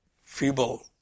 feeble